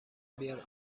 بیار